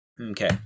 okay